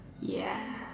ya